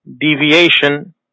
Deviation